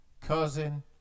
cousin